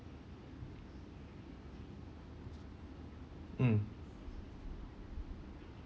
mm